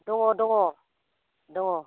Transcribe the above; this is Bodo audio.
दङ दङ दङ